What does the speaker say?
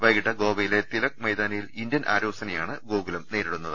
വൈകീട്ട് ഗോവയിലെ തിലക് മൈതാനിയിൽ ഇന്ത്യൻ ആരോസിനെയാണ് ഗോകുലം നേരിടുന്നത്